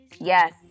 Yes